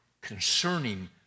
concerning